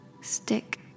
stick